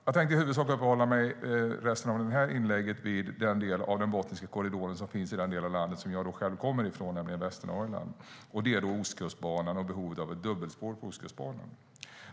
Jag tänker i resten av det här inlägget i huvudsak uppehålla mig vid frågan om den del av Botniska korridoren som finns i den del av landet som jag själv kommer ifrån, nämligen Västernorrland. Det gäller alltså Ostkustbanan och behovet av dubbelspår på Ostkustbanan.